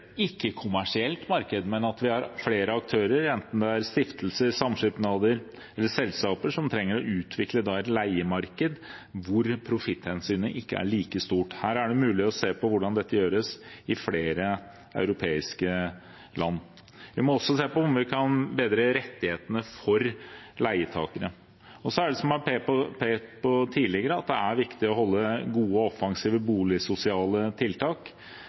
marked, men at vi har flere aktører, enten det er stiftelser, samskipnader eller selskaper, som utvikler et leiemarked der profitthensynet ikke er like stort. Her er det mulig å se på hvordan dette gjøres i flere europeiske land. Vi må også se på om vi kan bedre rettighetene for leietakere. Som det er pekt på tidligere: Det er viktig å holde på gode og offensive boligsosiale tiltak som økt bostøtte, som regjeringen har fulgt opp gjennom lengre tid, og også å se på andre tiltak